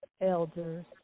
elders